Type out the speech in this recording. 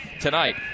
tonight